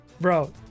Bro